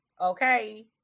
okay